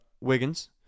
Wiggins